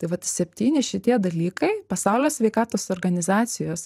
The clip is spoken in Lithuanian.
tai vat septyni šitie dalykai pasaulio sveikatos organizacijos